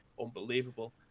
unbelievable